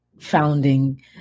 founding